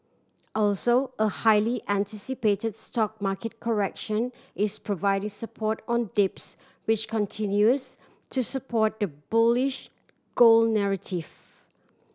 also a highly anticipate stock market correction is providing support on dips which continues to support the bullish gold narrative